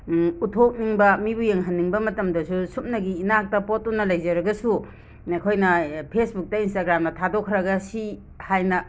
ꯎꯠꯊꯣꯛꯅꯤꯡꯕ ꯃꯤꯕꯨ ꯌꯦꯡꯍꯟꯅꯤꯡꯕ ꯃꯇꯝꯗꯁꯨ ꯁꯨꯞꯅꯒꯤ ꯏꯅꯥꯛꯇ ꯄꯣꯠꯇꯨꯅ ꯂꯩꯖꯔꯒꯁꯨ ꯑꯩꯈꯣꯏꯅ ꯐꯦꯁꯕꯨꯛꯇ ꯏꯟꯁꯇꯥꯒ꯭ꯔꯥꯝꯗ ꯊꯥꯗꯣꯛꯈ꯭ꯔꯒ ꯁꯤ ꯍꯥꯏꯅ